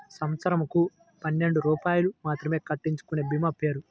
సంవత్సరంకు పన్నెండు రూపాయలు మాత్రమే కట్టించుకొనే భీమా పేరు?